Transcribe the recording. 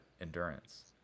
endurance